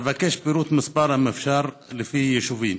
אבקש פירוט מספרי, אם אפשר, לפי יישובים.